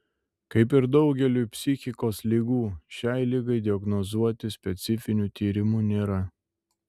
kaip ir daugeliui psichikos ligų šiai ligai diagnozuoti specifinių tyrimų nėra